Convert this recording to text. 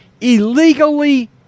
illegally